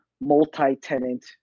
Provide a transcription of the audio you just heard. multi-tenant